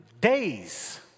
days